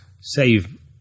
save